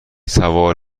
سوار